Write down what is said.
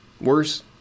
Worse